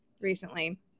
recently